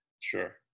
Sure